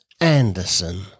Anderson